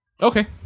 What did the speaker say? Okay